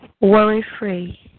Worry-free